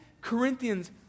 Corinthians